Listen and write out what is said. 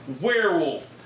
werewolf